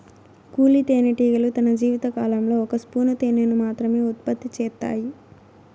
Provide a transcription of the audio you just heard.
కూలీ తేనెటీగలు తన జీవిత కాలంలో ఒక స్పూను తేనెను మాత్రమె ఉత్పత్తి చేత్తాయి